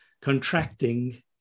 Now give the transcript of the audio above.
contracting